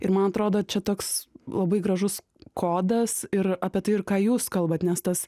ir man atrodo čia toks labai gražus kodas ir apie tai ir ką jūs kalbat nes tas